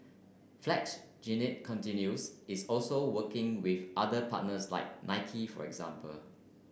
flex Jeannine continues is also working with other partners like Nike for example